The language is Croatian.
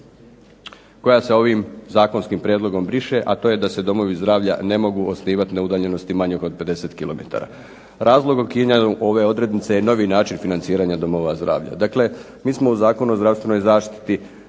koja se ovim zakonskim prijedlogom briše, a to da se domovi zdravlja ne mogu osnivati na udaljenosti manjeg od 50 km. Razlog ukidanja ove odrednice je novi način financiranja domova zdravlja. Dakle, mi smo u Zakonu o zdravstvenoj zaštiti